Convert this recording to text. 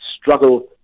struggle